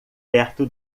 perto